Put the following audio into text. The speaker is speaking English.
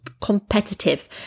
competitive